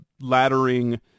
laddering